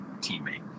teammate